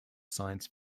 science